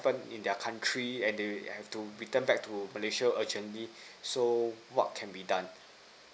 happened in their country and they have to return back to malaysia urgently so what can be done